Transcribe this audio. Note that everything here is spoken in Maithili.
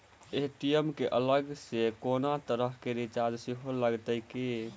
ए.टी.एम केँ अलग सँ कोनो तरहक चार्ज सेहो लागत की?